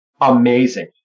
Amazing